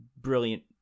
brilliant